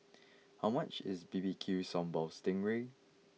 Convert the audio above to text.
how much is B B Q Sambal Sting Ray